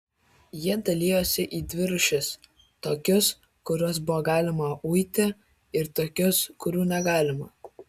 jie dalijosi į dvi rūšis tokius kuriuos buvo galima uiti ir tokius kurių negalima